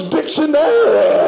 Dictionary